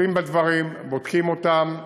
מטפלים בדברים, בודקים אותם.